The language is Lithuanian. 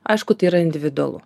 aišku tai yra individualu